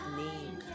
name